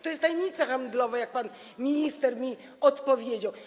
To jest tajemnica handlowa, jak pan minister mi odpowiedział.